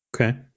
Okay